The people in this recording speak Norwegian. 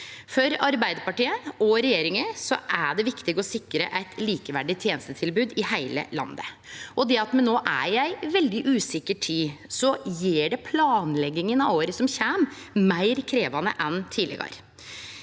For Arbeidarpartiet og regjeringa er det viktig å sikre eit likeverdig tenestetilbod i heile landet. Det at me no er i ei veldig usikker tid, gjer planlegginga av året som kjem, meir krevjande enn tidlegare.